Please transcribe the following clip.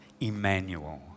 Emmanuel